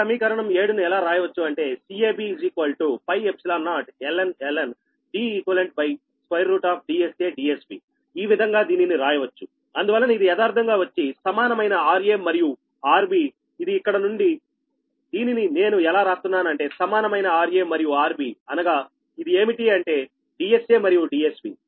ఈ సమీకరణం 7 ను ఎలా రాయవచ్చు అంటే CAB 0ln DeqDSADSBఈ విధంగా దీనిని రాయవచ్చు అందువలన ఇది యదార్ధంగా వచ్చి సమానమైన rA మరియు rB ఇది ఇక్కడ నుండి దీనిని నేను ఎలా రాస్తున్నానంటే సమానమైన rA మరియు rB అనగా ఇది ఏమిటి అంటే DSAమరియు DSB